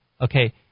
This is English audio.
Okay